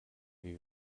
wie